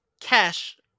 cash